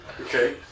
Okay